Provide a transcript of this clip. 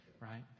right